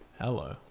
hello